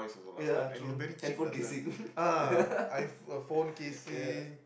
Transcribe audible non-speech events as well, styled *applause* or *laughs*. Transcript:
ya true *laughs* handphone casing *laughs* yeah